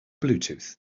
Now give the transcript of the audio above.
bluetooth